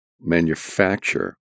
manufacture